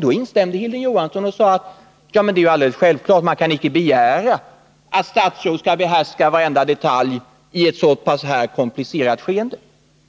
Då instämde Hilding Johansson och sade: Det är självklart att man inte kan begära att statsråd skall behärska varenda detalj i ett så pass komplicerat skeende.